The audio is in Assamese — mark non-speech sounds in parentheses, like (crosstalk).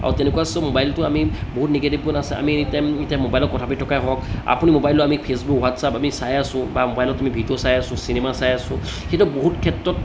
আৰু তেনেকুৱা (unintelligible) মোবাইলটো আমি বহুত নিগেটিভ গুণ আছে আমি এনিটাইম এতিয়া মোবাইলত কথা পাতি থকাই হওক আপুনি মোবাইলত আমি ফেচবুক হোৱাটছআপ আমি চাই আছোঁ বা মোবাইলত আমি ভিডিঅ' চাই আছোঁ চিনেমা চাই আছোঁ সেইটো বহুত ক্ষেত্ৰত